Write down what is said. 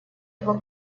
его